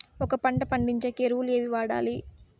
ఒక పంట పండించేకి ఎరువులు ఏవి వాడాలి?